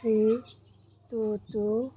three two two